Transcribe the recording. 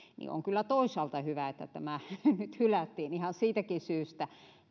niin on kyllä toisaalta hyvä että tämä hylättiin ihan siitäkin syystä